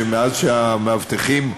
מאז שהמאבטחים,